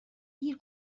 گیر